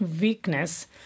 weakness